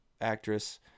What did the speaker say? actress